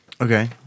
Okay